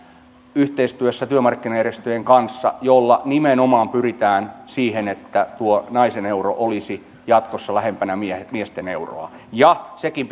yhteistyössä työmarkkinajärjestöjen kanssa jolla nimenomaan pyritään siihen että tuo naisen euro olisi jatkossa lähempänä miesten euroa sekin